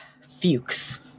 Fuchs